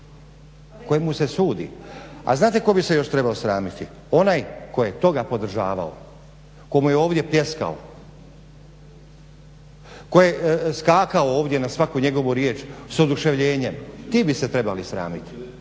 kojemu se sudi. A znate tko bi se još trebao sramiti? Onaj tko je toga podržavao, tko mu je ovdje pljeskao, tko je skakao ovdje na svaku njegovu riječ s oduševljenjem. Ti bi se trebali sramiti.